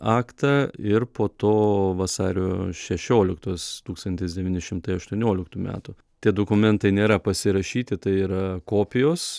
aktą ir po to vasario šešioliktos tūkstantis devyni šimtai aštuonioliktų metų tie dokumentai nėra pasirašyti tai yra kopijos